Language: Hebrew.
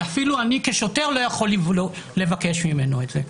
ואפילו אני כשוטר לא יכול לבקש ממנו את זה.